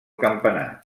campanar